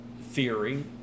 theory